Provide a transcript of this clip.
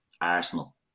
Arsenal